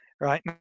right